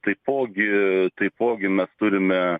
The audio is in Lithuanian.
taipogi taipogi mes turime